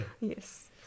Yes